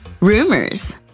rumors